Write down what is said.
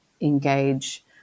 engage